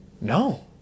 No